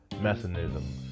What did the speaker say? mechanism